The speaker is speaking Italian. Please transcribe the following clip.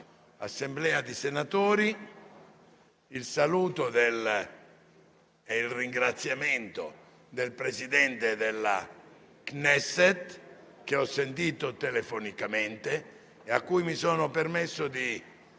di quest'Assemblea il saluto e il ringraziamento del Presidente della Knesset, che ho sentito telefonicamente e a cui mi sono permesso di